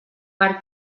per